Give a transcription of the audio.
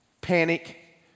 Panic